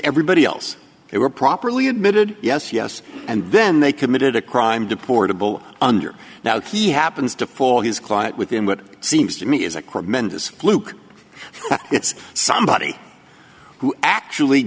everybody else they were properly admitted yes yes and then they committed a crime deportable under now he happens to fall his client within what seems to me is a quote mendis fluke it's somebody who actually